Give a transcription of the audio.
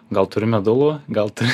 gal turi medulų gal turi